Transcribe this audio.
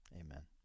Amen